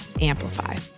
Amplify